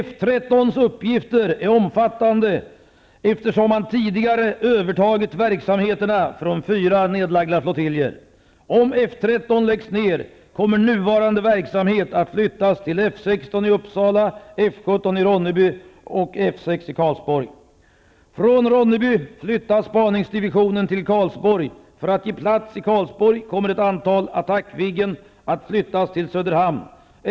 F 13:s uppgifter är omfattande, eftersom man tidigare övertagit verksamheterna från fyra nedlagda flottiljer. Om F 13 läggs ner kommer nuvarande verksamhet att flyttas till F 16 i Uppsala, Karlsborg. För att ge plats i Karlsborg kommer ett antal Attackviggen att flyttas till Söderhamn.